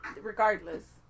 regardless